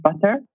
butter